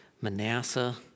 Manasseh